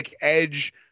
edge